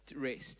rest